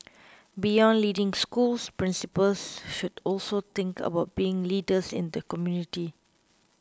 beyond leading schools principals should also think about being leaders in the community